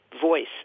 voice